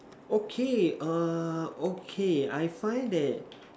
okay err okay I find that